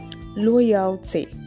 loyalty